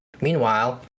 Meanwhile